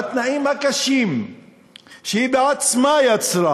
בתנאים הקשים שהיא בעצמה יצרה,